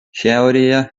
šiaurėje